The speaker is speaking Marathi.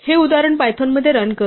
हे उदाहरण पायथॉनमध्ये रन करूया